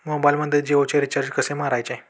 मोबाइलमध्ये जियोचे रिचार्ज कसे मारायचे?